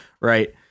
right